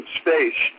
space